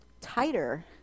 tighter